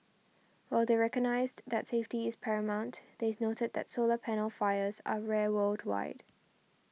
while they recognised that safety is paramount they noted that solar panel fires are rare worldwide